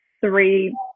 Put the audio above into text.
three